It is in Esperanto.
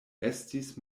estis